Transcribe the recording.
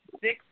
six